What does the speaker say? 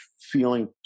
feeling